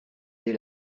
dès